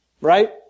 right